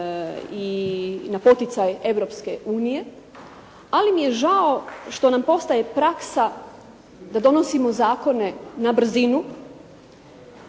i na poticaj Europske unije, ali mi je žao što nam postaje praksa da donosimo zakone na brzinu